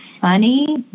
funny